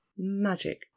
Magic